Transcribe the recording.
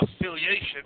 affiliation